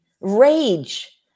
rage